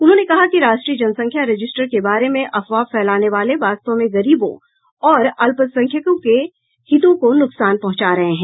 उन्होंने कहा कि राष्ट्रीय जनसंख्या रजिस्टर के बारे में अफवाह फैलाने वाले वास्तव में गरीबों और अल्पसंख्यकों के हितों को नुकसान पहुंचा रहे हैं